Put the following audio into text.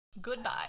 goodbye